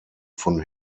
von